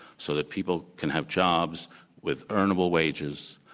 so that people can have jobs with earnable wages,